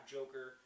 Joker